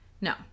No